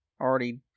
already